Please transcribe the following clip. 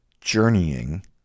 journeying